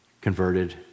converted